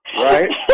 right